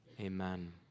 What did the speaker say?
Amen